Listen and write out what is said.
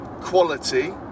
quality